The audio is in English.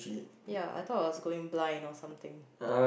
ya I thought I was going blind or something